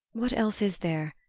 what else is there?